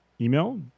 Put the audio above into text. email